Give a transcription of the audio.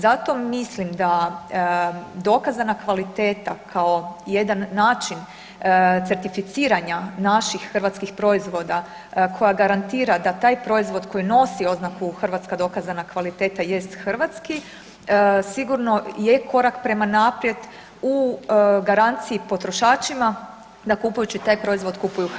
Zato mislim da dokazana kvaliteta kao jedan način certificiranja naših hrvatskih proizvoda koja garantira da taj proizvod koji nosi oznaka hrvatska dokazana kvaliteta jest hrvatski, sigurno je korak prema naprijed u garanciji potrošačima da kupujući taj proizvod, kupuju hrvatsko.